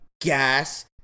gas